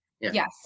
yes